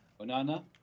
Onana